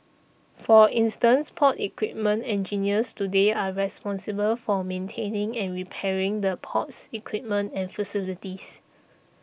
for instance port equipment engineers today are responsible for maintaining and repairing the port's equipment and facilities